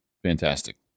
fantastic